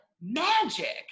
magic